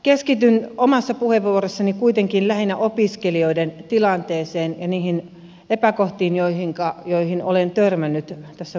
keskityn omassa puheenvuorossani kuitenkin lähinnä opiskelijoiden tilanteeseen ja niihin epäkohtiin joihin olen törmännyt tässä vuosien varrella